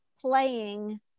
playing